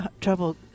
trouble